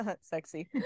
sexy